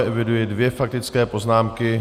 Eviduji dvě faktické poznámky.